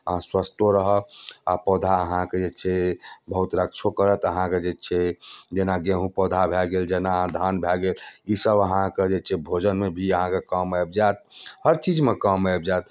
अहाँ स्वस्थो रहब आओर पौधा अहाँके जे छै बहुत रक्षो करत अहाँके जे छै जेना गेहूँ पौधा भऽ गेल जेना धान भऽ गेल ई सब अहाँके जे छै भोजनमे भी अहाँके काम आबि जायत हर चीजमे काम आबि जायत